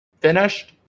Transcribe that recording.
finished